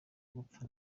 gupfa